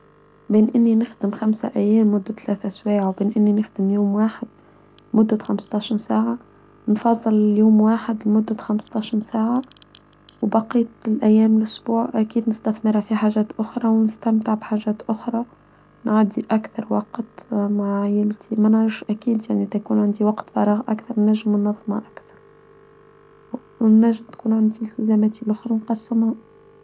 بين أني نخدم خمسة أيام مدة ثلاثة سواع وبين أني نخدم يوم واحد مدة خمستاشر ساعة نفضل يوم واحد لمدة خمستاشر ساعة وبقيت الأيام الأسبوع أكيد نستثمر في حاجات أخرى ونستمتع بحاجات أخرى نعدي أكثر وقت مع عيالتي ما نعرف أكيد أني تكون عندي وقت فراغ أكثر نجم النظمة أكثر ونجم تكون عندي التزامات الأخرى نقسمها.